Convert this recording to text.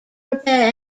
repair